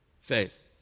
Faith